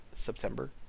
September